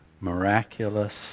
miraculous